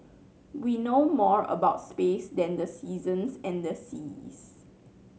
we know more about space than the seasons and the seas